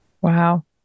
Wow